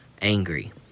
angry